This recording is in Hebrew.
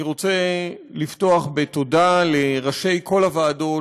אני רוצה לפתוח בתודה לראשי כל הוועדות